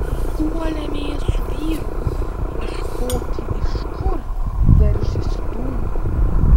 puolėme su vyru ieškoti iš kur veržiasi dūmai